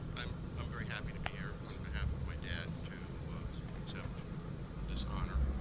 i'm i'm very happy to be here on behalf of my dad to accept this honor.